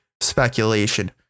speculation